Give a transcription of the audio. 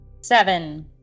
Seven